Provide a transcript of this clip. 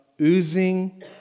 oozing